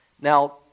Now